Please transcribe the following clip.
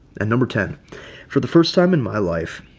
and number ten for the first time in my life,